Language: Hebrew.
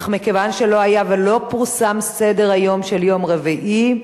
אך מכיוון שלא היה ולא פורסם סדר-היום של יום רביעי,